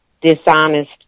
dishonest